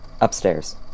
Upstairs